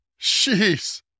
Jeez